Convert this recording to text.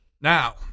now